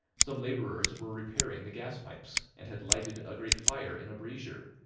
some labourers were repairing the gas-pipes, and had lighted a great fire in a brazier,